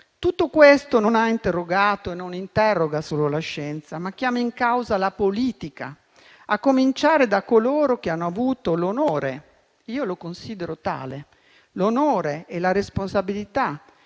Tutto questo non ha interrogato e non interroga solo la scienza, ma chiama in causa la politica, a cominciare da coloro che hanno avuto l'onore - io lo considero tale - e la responsabilità